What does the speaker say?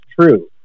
true